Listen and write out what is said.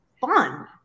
fun